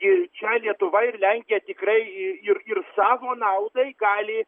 ir čia lietuva ir lenkija tikrai ir ir savo naudai gali